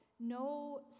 No